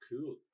cool